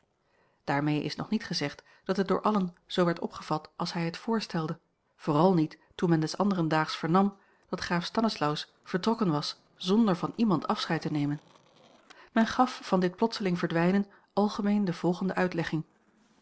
daarmee is nog niet gezegd dat het door allen zoo werd opgevat als hij het voorstelde vooral niet toen men des anderen daags vernam dat graaf stanislaus vertrokken was zonder van iemand afscheid te nemen men gaf van dit plotseling verdwijnen algemeen de volgende uitlegging